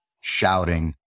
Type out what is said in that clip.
shouting